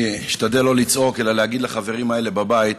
אני אשתדל לא לצעוק, אלא להגיד לחברים האלה בבית,